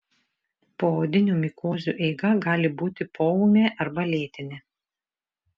poodinių mikozių eiga gali būti poūmė arba lėtinė